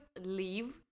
leave